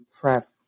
prep